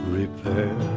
repair